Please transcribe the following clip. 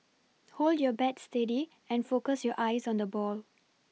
hold your bat steady and focus your eyes on the ball